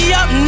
up